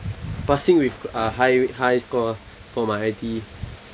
passing with a higher high score for my I_T_E